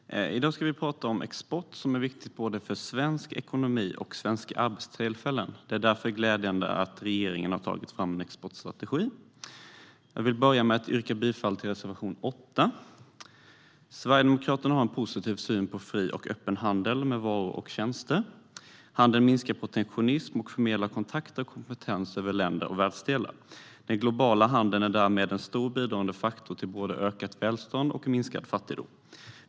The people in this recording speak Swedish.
Herr talman! I dag ska vi prata om export, som är viktigt för både svensk ekonomi och svenska arbetstillfällen. Det är därför glädjande att regeringen har tagit fram en exportstrategi. Jag vill börja med att yrka bifall till reservation 8. Sverigedemokraterna har en positiv syn på en fri och öppen handel med varor och tjänster. Handeln minskar protektionism samt förmedlar kontakter och kompetens mellan länder och världsdelar. Den globala handeln är därmed en stor bidragande faktor till både ökat välstånd och minskad fattigdom.